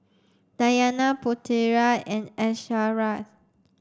Dayana Putera and Asharaff